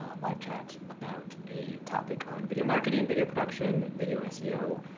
live chat about a topic on video marketing, and video production, video ah seo,